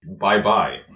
bye-bye